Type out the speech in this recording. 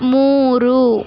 ಮೂರು